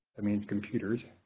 means computers,